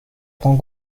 prend